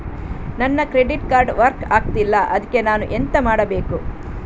ನನ್ನ credit card work ಆಗ್ತಿಲ್ಲ ಅದ್ಕೆ ನಾನು ಎಂತ ಮಾಡಬೇಕು?